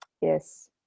yes